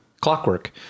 clockwork